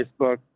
facebook